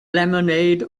lemonade